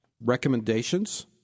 recommendations